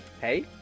Hey